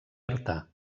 artà